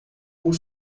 por